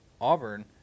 Auburn